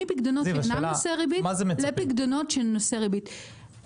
מפיקדונות שאינם נושאי ריבית לפיקדונות שהם נושאי ריבית.